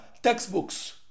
textbooks